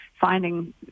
finding